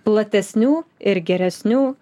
platesnių ir geresnių